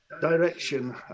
direction